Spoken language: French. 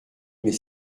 mais